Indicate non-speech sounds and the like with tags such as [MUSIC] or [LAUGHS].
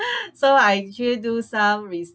[LAUGHS] so I actually do some